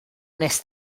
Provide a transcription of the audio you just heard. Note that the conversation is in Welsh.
nes